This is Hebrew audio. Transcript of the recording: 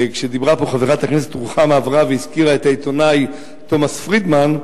כשדיברה פה חברת הכנסת רוחמה אברהם והזכירה את העיתונאי תומס פרידמן,